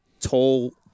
tall